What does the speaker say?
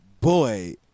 Boy